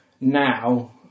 now